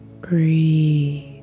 Breathe